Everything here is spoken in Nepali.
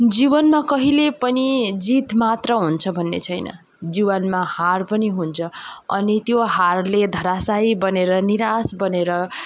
जीवनमा कहिले पनि जित मात्र हुन्छ भन्ने छैन जीवनमा हार पनि हुन्छ अनि त्यो हारले धराशायी बनेर निरास बनेर